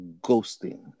ghosting